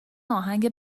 آهنگ